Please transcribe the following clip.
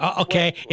Okay